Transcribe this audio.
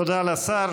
תודה לשר.